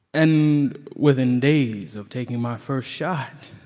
and within days of taking my first shot,